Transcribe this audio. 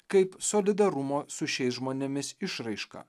kaip solidarumo su šiais žmonėmis išraišką